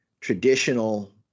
traditional